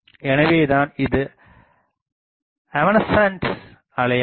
எனவேதான்இது evanescent அலையாகும்